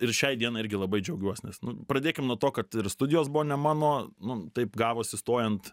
ir šiai dienai irgi labai džiaugiuos nes nu pradėkim nuo to kad ir studijos buvo ne mano nu taip gavosi stojant